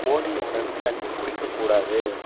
ஓடியவுடன் தண்ணீர் குடிக்கக் கூடாது